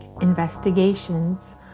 investigations